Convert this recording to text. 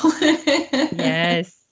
yes